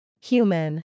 Human